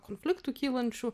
konfliktų kylančių